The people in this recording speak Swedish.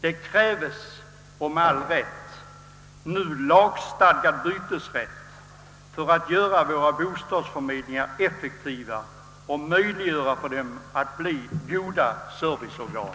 Vi kräver nu med all rätt lagstadgad bytesrätt för att våra bostadsförmedlingar skall bli effektiva och utgöra goda serviceorgan.